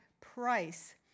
price